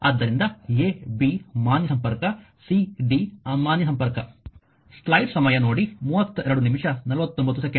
ಆದ್ದರಿಂದ a b ಮಾನ್ಯ ಸಂಪರ್ಕ c d ಅಮಾನ್ಯ ಸಂಪರ್ಕ